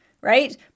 right